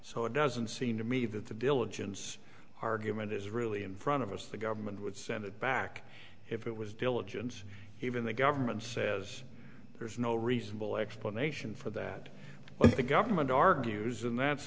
so it doesn't seem to me that the diligence argument is really in front of us the government would send it back if it was diligence even the government says there's no reasonable explanation for that i think government argues and that's